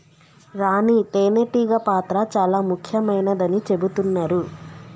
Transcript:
రాణి తేనే టీగ పాత్ర చాల ముఖ్యమైనదని చెబుతున్నరు